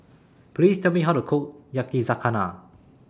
Please Tell Me How to Cook Yakizakana